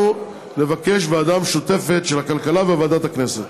אנחנו נבקש ועדה משותפת לוועדת הכלכלה ולוועדת הכנסת.